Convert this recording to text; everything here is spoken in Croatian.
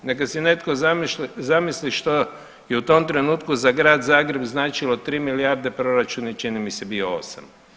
Neka si netko zamisli što je u tom trenutku za grad Zagreb značilo tri milijarde, proračun je čini mi se bio osam.